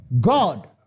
God